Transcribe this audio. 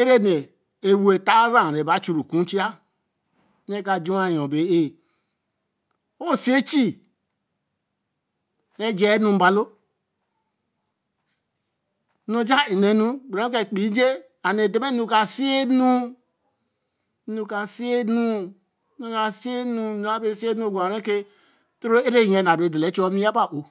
era ni ē-wothans and re ba chu ru ku nchia. re ka j̄u wa yo be er. o si e chie re j̄aā enu nmbalo. ru ja e ne nu gbere ko epeii nje and da mm̄a nu ka si nu. nu ka si nu nu ka si nu. nu be si nu gwa ho re ke to no e re ni nyen ba bere da la e chu wa owi ya ba ōo